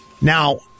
Now